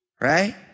Right